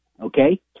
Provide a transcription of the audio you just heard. Okay